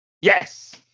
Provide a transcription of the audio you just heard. Yes